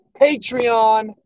Patreon